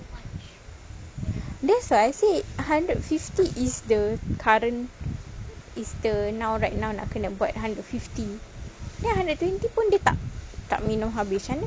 that's why I say hundred fifty is the current it's the now right now nak kena buat hundred fifty then hundred twenty pun dia tak tak minum habis macam mana